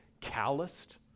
calloused